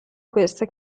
questa